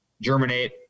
germinate